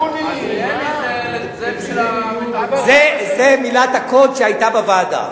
עזריאלי זה בשביל, זו מילת הקוד שהיתה בוועדה.